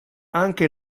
anche